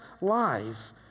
life